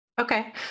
Okay